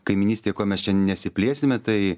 kaimynystė ko mes čia nesiplėsime tai